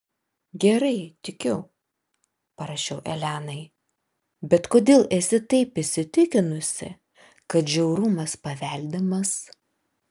gerai tikiu parašiau elenai bet kodėl esi taip įsitikinusi kad žiaurumas paveldimas